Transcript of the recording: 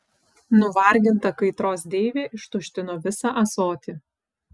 nuvarginta kaitros deivė ištuštino visą ąsotį